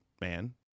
man